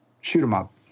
shoot-em-up